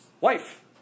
Wife